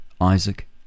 Isaac